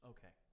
Okay